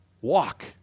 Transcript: walk